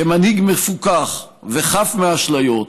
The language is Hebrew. כמנהיג מפוכח וחף מאשליות,